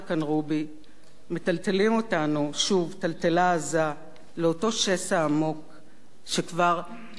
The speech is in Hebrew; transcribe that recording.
מטלטלים אותנו שוב טלטלה עזה לאותו שסע עמוק שכבר אינו קיים באמת.